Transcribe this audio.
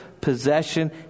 possession